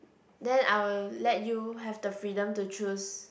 then I will let you have the freedom to choose